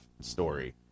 story